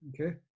Okay